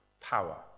power